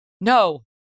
no